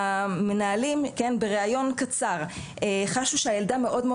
המנהלים בראיון קצר חשו שהילדה מאוד מאוד